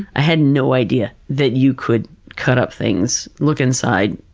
i had no idea that you could cut up things, look inside,